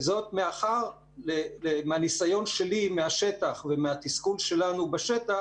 וזאת מאחר מהניסיון שלי מהשטח ומהתסכול שלנו בשטח